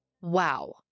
wow